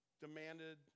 demanded